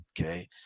okay